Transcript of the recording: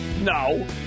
No